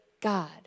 God